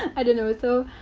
i don't know. so,